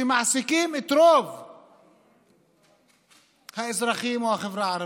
שמעסיקים את רוב האזרחים או החברה הערבית.